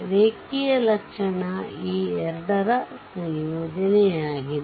ರೇಖೀಯ ಲಕ್ಷಣವು ಈಎರಡರ ಸಂಯೋಜನೆಯಾಗಿದೆ